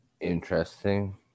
interesting